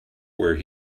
where